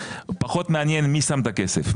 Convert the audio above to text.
פחות מעניין מי שם את הכסף,